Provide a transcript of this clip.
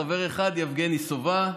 חבר אחד: יבגני סובה,